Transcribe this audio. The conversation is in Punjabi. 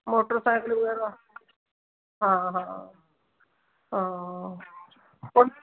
ਮੋਟਰਸਾਈਕਲ ਵਗੈਰਾ ਹਾਂ ਹਾਂ ਹਾਂ ਕੋਈ